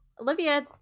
Olivia